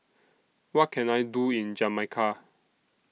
What Can I Do in Jamaica